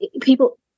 people